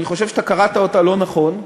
אני חושב שאתה קראת אותה לא נכון,